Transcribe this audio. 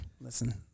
listen